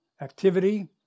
activity